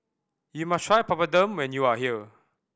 you must try Papadum when you are here